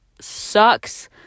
sucks